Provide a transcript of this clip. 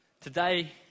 today